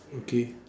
okay